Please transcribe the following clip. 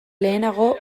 lehenago